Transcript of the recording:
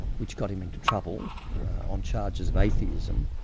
which got him into trouble on charges of atheism,